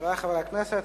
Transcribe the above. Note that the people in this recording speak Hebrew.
חברי חברי הכנסת,